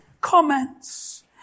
comments